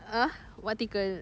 uh what tickle